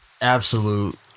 absolute